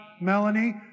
Melanie